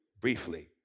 briefly